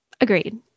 Agreed